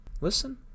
Listen